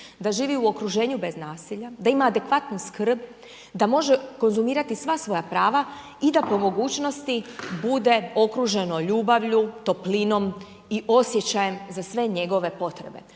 da živi u okruženju bez nasilja, da ima adekvatnu skrb, da može konzumirati sva svoja prava, da može konzumirati sva svoja prava i da po mogućnosti bude okruženo ljubavlju, toplinom i osjećajem za sve njegove potrebe,